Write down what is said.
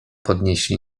podnieśli